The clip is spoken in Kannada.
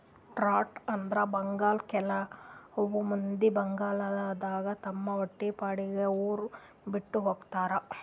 ಡ್ರಾಟ್ ಅಂದ್ರ ಬರ್ಗಾಲ್ ಕೆಲವ್ ಮಂದಿ ಬರಗಾಲದಾಗ್ ತಮ್ ಹೊಟ್ಟಿಪಾಡಿಗ್ ಉರ್ ಬಿಟ್ಟ್ ಹೋತಾರ್